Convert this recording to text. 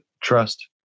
trust